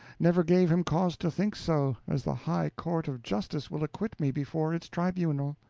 never gave him cause to think so, as the high court of justice will acquit me before its tribunal.